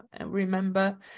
remember